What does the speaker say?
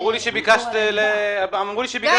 אמרו לי שביקשת לדבר.